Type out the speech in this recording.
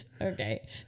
Okay